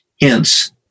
hence